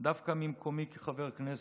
דווקא ממקומי כחבר כנסת,